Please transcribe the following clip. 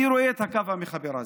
אני רואה את הקו המחבר הזה,